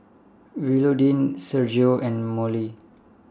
Willodean Sergio and Mollie